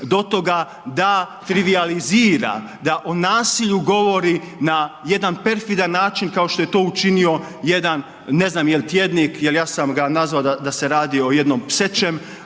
do toga da trivijalizira, da o nasilju govori na jedan perfidan način kao što je to učinio jedan, ne znam je li tjednik jer ja sam ga nazvao da se radi o jednom psećem